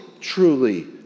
truly